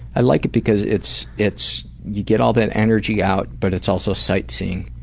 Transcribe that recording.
i like it because it's, it's, you get all that energy out but it's also sightseeing.